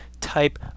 type